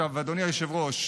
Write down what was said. אדוני היושב-ראש,